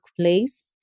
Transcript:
place